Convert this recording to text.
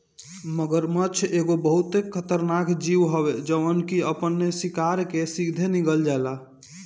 मगरमच्छ एगो बहुते खतरनाक जीव हवे जवन की अपनी शिकार के सीधा निगल जाला